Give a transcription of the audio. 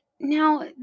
Now